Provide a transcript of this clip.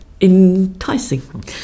Enticing